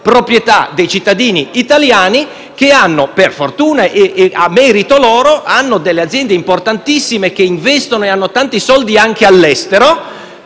proprietà dei cittadini italiani, che, per fortuna e a merito loro, hanno delle aziende importantissime, che investono e hanno tanti soldi, anche all'estero.